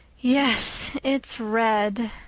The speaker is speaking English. yes, it's red,